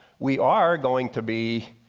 we are going to be